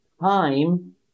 time